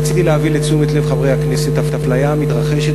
רציתי להביא לתשומת לב חברי הכנסת אפליה המתרחשת